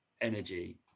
energy